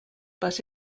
but